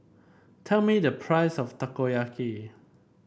tell me the price of Takoyaki